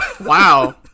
Wow